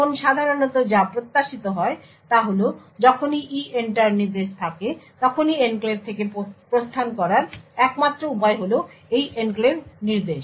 এখন সাধারণত যা প্রত্যাশিত হয় তা হল যখনই EENTER নির্দেশ থাকে তখনই এনক্লেভ থেকে প্রস্থান করার একমাত্র উপায় হল এই এনক্লেভ নির্দেশ